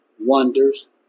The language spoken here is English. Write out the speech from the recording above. wonders